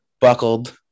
Buckled